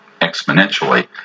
exponentially